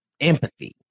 empathy